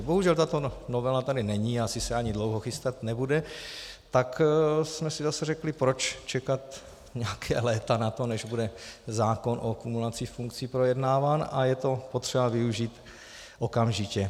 Bohužel tato novela tady není a asi se ani dlouho chystat nebude, tak jsme si zase řekli, proč čekat nějaká léta na to, než bude zákon o kumulaci funkcí projednáván, a je to potřeba využít okamžitě.